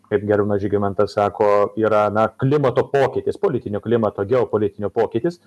kaip gerbiamas žygimantas sako yra na klimato pokytis politinio klimato geopolitinio pokytis